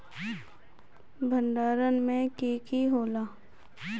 भण्डारण में की की होला?